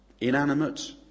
inanimate